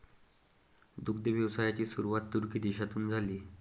दुग्ध व्यवसायाची सुरुवात तुर्की देशातून झाली